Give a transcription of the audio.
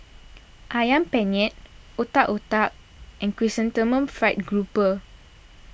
Ayam Penyet Otak Otak and Chrysanthemum Fried Grouper